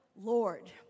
Lord